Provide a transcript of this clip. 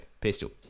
Pistol